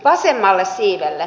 vasemmalle siivelle